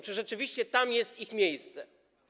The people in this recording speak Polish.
Czy rzeczywiście tam jest ich miejsce?